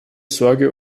sorge